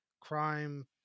crime